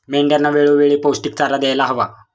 मेंढ्यांना वेळोवेळी पौष्टिक चारा द्यायला हवा